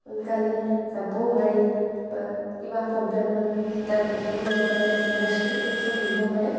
সোনকালে যাবও পাৰি বা কিবা প্ৰব্লেম হ'লে বস্তু বাহানি সব নিব পাৰে